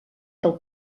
del